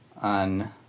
on